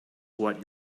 what